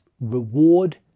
reward